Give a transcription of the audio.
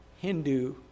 Hindu